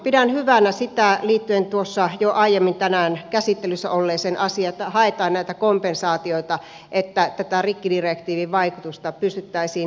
pidän hyvänä sitä liittyen tuossa jo aiemmin tänään käsittelyssä olleeseen asiaan että haetaan näitä kompensaatioita että tätä rikkidirektiivin vaikutusta pystyttäisiin vähentämään